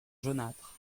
jaunâtres